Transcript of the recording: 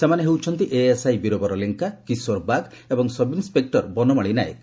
ସେମାନେ ହେଉଛନ୍ତି ଏଏସ୍ଆଇ ବୀରବର ଲେଙ୍କା କିଶୋର ବାଗ୍ ଏବଂ ସବ୍ ଇନ୍ ବନମାଳୀ ନାୟକ